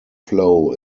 flow